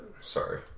Sorry